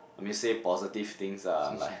I mean say positive things are like